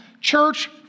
church